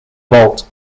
vault